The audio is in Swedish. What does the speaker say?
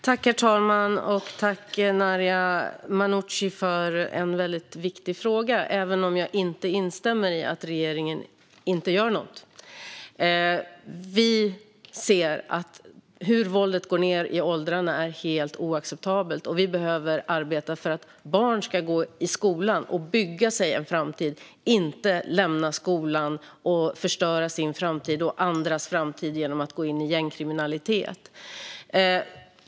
Herr talman! Tack, Noria Manouchi, för en väldigt viktig fråga, även om jag inte instämmer i att regeringen inte gör något. Vi ser hur våldet går ned i åldrarna, och det är helt oacceptabelt. Vi behöver arbeta för att barn ska gå i skolan och bygga sig en framtid, inte lämna skolan och förstöra sin och andras framtid genom att gå in i gängkriminalitet.